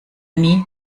nie